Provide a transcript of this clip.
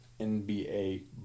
NBA